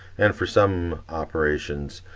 and for some operations,